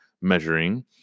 measuring